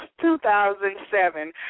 2007